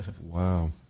Wow